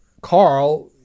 Carl